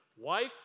Wife